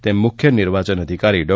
તેમ મુખ્ય નિર્વાચન અધિકારી ડૉ